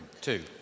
Two